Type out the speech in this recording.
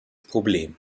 problem